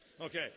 Okay